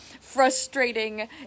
frustrating